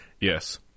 Yes